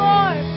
Lord